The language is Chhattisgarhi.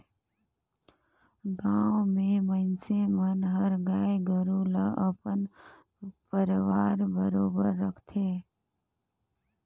गाँव के मइनसे मन हर गाय गोरु ल अपन परवार बरोबर राखथे